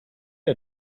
are